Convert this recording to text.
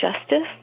justice